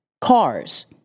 cars